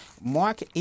Mark